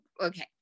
okay